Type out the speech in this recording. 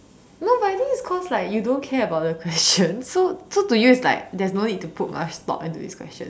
no but I think it's cause like you don't care about the question so so to you is like there's no need to put much thought into these questions